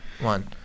One